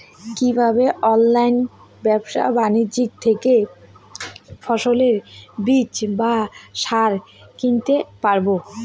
কীভাবে অনলাইন ব্যাবসা বাণিজ্য থেকে ফসলের বীজ বা সার কিনতে পারবো?